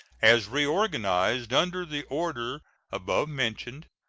as reorganized under the order above mentioned,